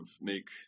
make